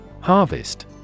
Harvest